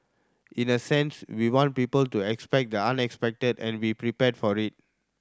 in a sense we want people to expect the unexpected and be prepared for it